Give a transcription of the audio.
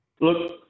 Look